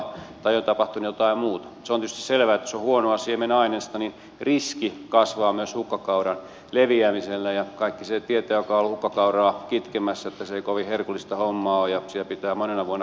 se on tietysti selvää että jos on huonoa siemenainesta niin riski hukkakauran leviämiselle kasvaa ja kaikki sen tietävät jotka ovat olleet hukkakauraa kitkemässä että se ei kovin herkullista hommaa ole ja siellä pitää monena vuonna käydä